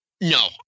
No